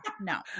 no